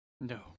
No